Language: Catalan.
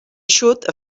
eixut